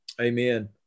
Amen